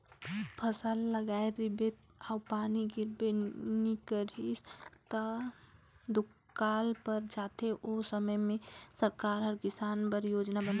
फसल लगाए रिबे अउ पानी गिरबे नी करिस ता त दुकाल पर जाथे ओ समे में सरकार हर किसान बर योजना बनाथे